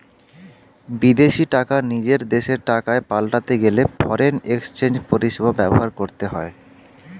বিদেশী টাকা নিজের দেশের টাকায় পাল্টাতে গেলে ফরেন এক্সচেঞ্জ পরিষেবা ব্যবহার করতে হয়